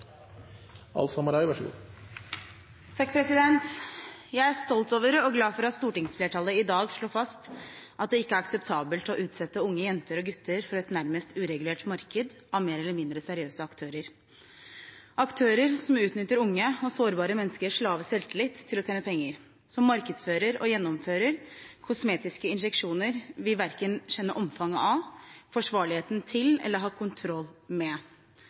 akseptabelt å utsette unge jenter og gutter for et nærmest uregulert marked med mer eller mindre seriøse aktører – aktører som utnytter unge og sårbare menneskers lave selvtillit for å tjene penger, og som markedsfører og gjennomfører kosmetiske injeksjoner vi verken kjenner omfanget av, forsvarligheten til eller har kontroll med.